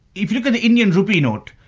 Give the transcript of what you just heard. if you look at the indian rupee note,